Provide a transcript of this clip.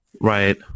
Right